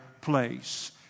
place